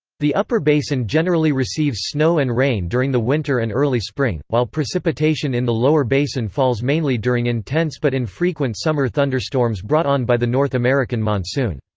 the upper basin generally receives snow and rain during the winter and early spring, while precipitation in the lower basin falls mainly during intense but infrequent summer thunderstorms brought on by the north american monsoon.